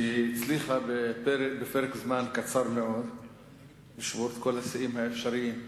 היא הצליחה בפרק זמן קצר מאוד לשבור את כל השיאים האפשריים.